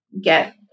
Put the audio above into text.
get